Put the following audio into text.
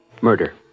murder